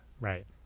Right